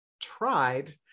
tried